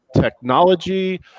technology